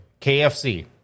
KFC